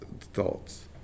thoughts